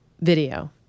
video